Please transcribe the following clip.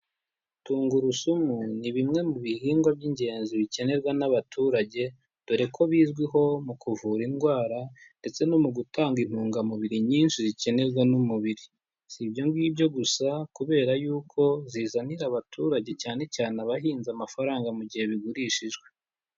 Tungurusumu ni bimwe mu bihingwa by'ingenzi bikenerwa n'abaturage, dore ko bizwiho mu kuvura indwara ndetse no mu gutanga intungamubiri nyinshi zikenerwa n'umubiri. Si ibyo ngibyo gusa kubera yuko zizanira abaturage cyanecyane abahinzi amafaranga mu gihe bigurishijwe.